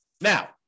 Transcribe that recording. Now